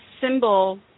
symbol